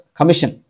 commission